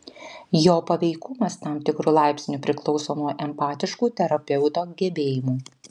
jo paveikumas tam tikru laipsniu priklauso nuo empatiškų terapeuto gebėjimų